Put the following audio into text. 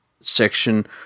section